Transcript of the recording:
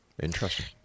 Interesting